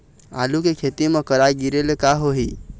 आलू के खेती म करा गिरेले का होही?